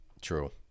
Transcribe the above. True